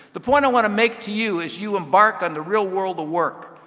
the point i want to make to you as you embark on the real world to work,